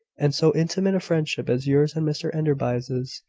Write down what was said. and so intimate a friendship as yours and mr enderby's is,